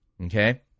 Okay